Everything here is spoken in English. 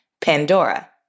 Pandora